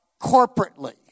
corporately